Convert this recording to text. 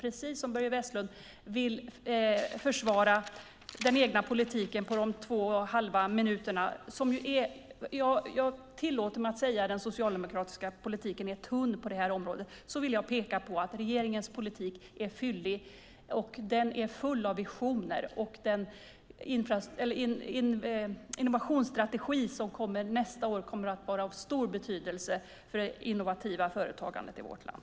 Precis som Börje Vestlund vill försvara den egna politiken på de två halva minuterna - och jag tillåter mig att säga att den socialdemokratiska politiken är tunn på detta område - vill jag peka på att regeringens politik är fyllig och full av visioner. Den innovationsstrategi som kommer nästa år blir av stor betydelse för det innovativa företagandet i vårt land.